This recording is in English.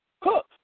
Cook